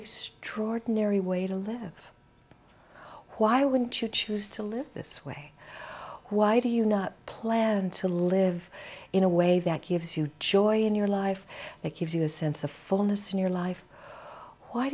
extraordinary way to live why wouldn't you choose to live this way why do you not plan to live in a way that gives you joy in your life that gives you a sense of fullness in your life wh